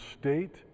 state